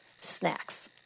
snacks